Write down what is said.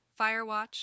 Firewatch